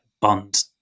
Bond